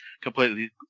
completely